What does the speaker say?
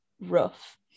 rough